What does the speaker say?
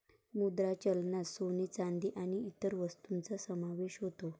मुद्रा चलनात सोने, चांदी आणि इतर वस्तूंचा समावेश होतो